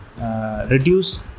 reduce